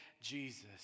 Jesus